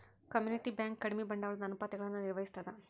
community bank ಕಡಿಮಿ ಬಂಡವಾಳದ ಅನುಪಾತಗಳನ್ನ ನಿರ್ವಹಿಸ್ತದ